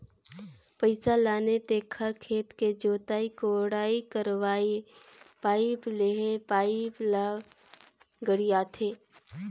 पइसा लाने तेखर खेत के जोताई कोड़ाई करवायें पाइप लेहे पाइप ल गड़ियाथे